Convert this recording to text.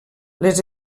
les